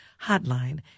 Hotline